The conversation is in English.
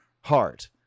heart